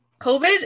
COVID